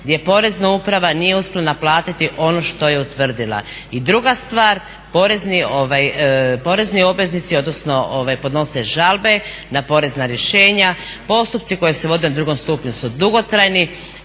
gdje porezna uprava nije uspjela naplatiti ono što je utvrdila. I druga stvar, porezni obveznici, odnosno podnositelji žalbe na porezna rješenja, postupci koji se vode na drugom stupnju su dugotrajni,